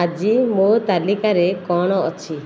ଆଜି ମୋ ତାଲିକାରେ କ'ଣ ଅଛି